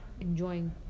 enjoying